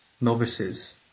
novices